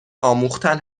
آموختن